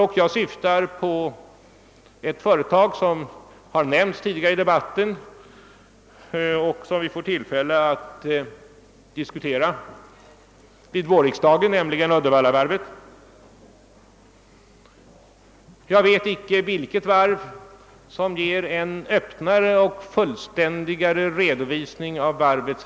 Jag syftar på ett företag som har nämnts tidigare i debatten och som vi får tillfälle att diskutera under vårriksdagen, nämligen Uddevallavarvet. Jag vet icke något varv som ger en fullständigare och öppnare redovisning av läget.